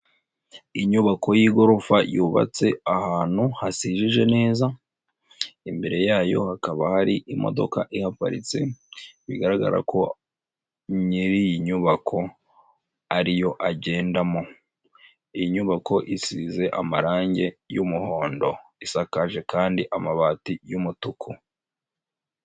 Inyubako y'igorofa yubatse ahantu hasijije neza, imbere yayo hakaba hari imodoka ihaparitse bigaragara ko nyiri iyi nyubako ari yo agendamo, iyi nyubako isize amarange y'umuhondo isakaje kandi amabati y'umutuku.